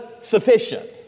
sufficient